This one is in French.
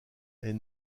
est